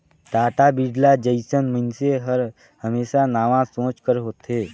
टाटा, बिरला जइसन मइनसे हर हमेसा नावा सोंच कर होथे